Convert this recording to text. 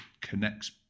connects